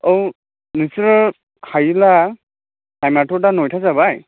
औ नोंसोरो हायोब्ला थाइमआथ' दा नयथा जाबाय